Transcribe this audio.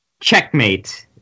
Checkmate